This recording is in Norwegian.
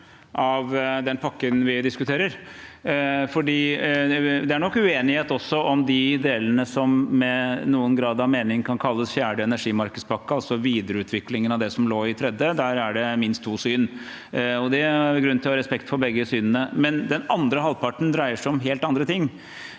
av den pakken vi diskuterer. Det er nok uenighet også om de delene som med noen grad av mening kan kalles fjerde energimarkedspakke, altså videreutviklingen av det som lå i tredje. Der er det minst to syn, og det er grunn til å ha respekt for begge synene. Den andre halvparten dreier seg imidlertid om helt andre ting,